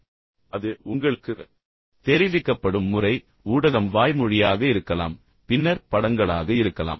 எனவே அது உங்களுக்குத் தெரிவிக்கப்படும் முறை ஊடகம் வாய்மொழியாக இருக்கலாம் பின்னர் படங்களாக இருக்கலாம்